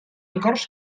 acords